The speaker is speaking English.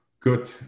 Good